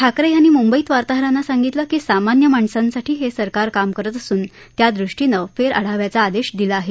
ठाकरे यांनी मुंबईत वार्ताहरांना सांगितलं की सामान्य माणसांसाठी हे सरकार काम करत असून त्यादृष्टीनं फेरआढाव्याचा आदेश दिला आहे